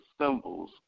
symbols